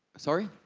sorry?